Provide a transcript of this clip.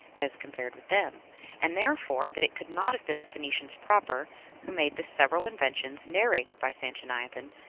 as compared with them and, therefore, that it could not have been the phoenicians proper who made the several inventions narrated by sanchoniathon,